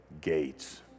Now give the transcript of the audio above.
gates